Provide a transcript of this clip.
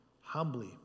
humbly